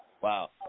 Wow